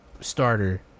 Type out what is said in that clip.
starter